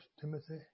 Timothy